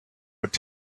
would